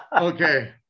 Okay